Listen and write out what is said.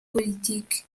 politique